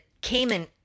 Cayman